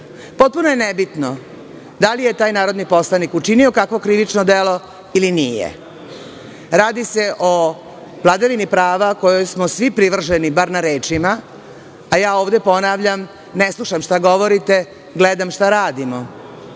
Potpuno je nebitno da li je taj narodni poslanik učinio kakvo krivično delo ili nije. Radi se o vladavini prava kojoj smo svi privrženi, bar na rečima, a ja ovde ponavljam - ne slušam šta govorite, gledam šta radimo,